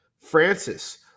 Francis